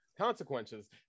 Consequences